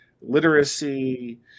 literacy